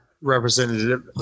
representative